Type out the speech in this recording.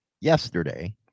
yesterday